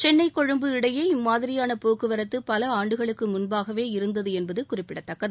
சென்னை கொழும்பு இடையே இம்மாதிரியான போக்குவரத்து பல ஆண்டுகளுக்கு முன்பாகவே இருந்தது என்பது குறிப்பிடத்தக்கது